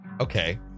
okay